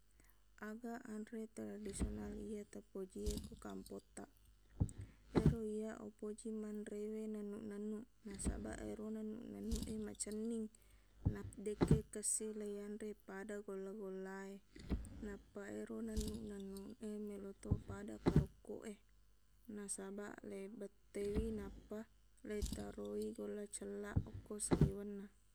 Aga anre tradisional iye tapoji e ko kampottaq ero iyaq upoji manrewe nennuq-nennuq nasabaq ero nennuq-nennuq e macenning na- dekke kessing laiyanre pada golla-golla e nappa ero nennuq-nennuq e meloqto pada karokkok e nasabaq leibettewi nappa leitaroi golla cellaq okko saliwenna